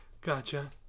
Gotcha